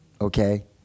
okay